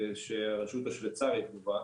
שהרשות השוויצרית גובה.